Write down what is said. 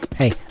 Hey